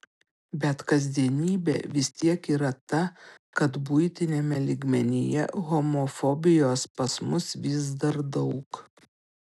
bet kasdienybė vis tiek yra ta kad buitiniame lygmenyje homofobijos pas mus vis dar daug